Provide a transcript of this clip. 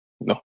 No